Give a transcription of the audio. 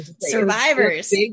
Survivors